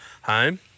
home